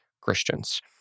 Christians